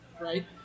right